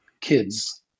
kids